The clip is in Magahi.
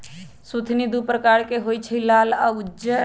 सुथनि दू परकार के होई छै लाल आ उज्जर